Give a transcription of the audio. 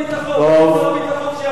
איפה שר הביטחון שיבוא ויגיד?